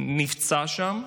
ונפצע שם,